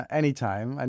anytime